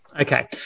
Okay